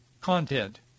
content